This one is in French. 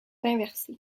inversées